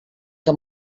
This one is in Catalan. que